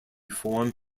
form